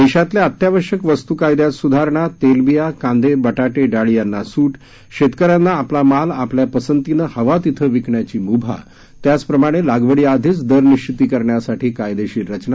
देशातल्या अत्यावश्यक वस्तू कायद्यात सुधारणा तेलबिया कांदे बटाटे डाळी यांना सूट शेतकऱ्यांना आपला माल आपल्या पसंतीनं हवा तिथं विकण्याची मुभा त्याचप्रमाणे लागवडीआधीच दरनिशिती करण्यासाठी कायदेशीर रचना